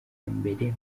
mbere